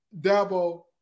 Dabo